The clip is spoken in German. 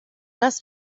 das